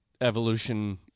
evolution